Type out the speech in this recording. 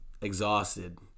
Exhausted